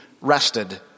rested